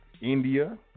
India